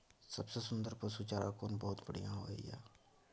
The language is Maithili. सबसे सुन्दर पसु चारा कोन बहुत बढियां होय इ?